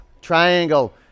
triangle